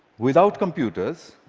without computers,